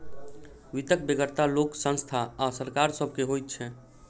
वित्तक बेगरता लोक, संस्था आ सरकार सभ के होइत छै